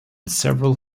several